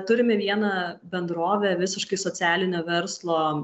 turime vieną bendrovę visiškai socialinio verslo